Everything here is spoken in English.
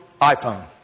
iPhone